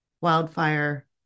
Wildfire